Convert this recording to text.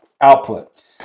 output